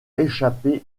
échapper